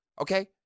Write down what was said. Okay